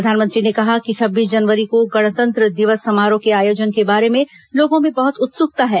प्रधानमंत्री ने कहा कि छब्बीस जनवरी को गणतंत्र दिवस समारोह के आयोजन के बारे में लोगों में बहुत उत्सुकता है